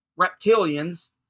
reptilians